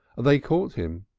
they caught him,